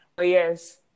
Yes